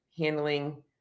handling